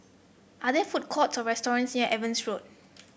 are there food courts or restaurants near Evans Road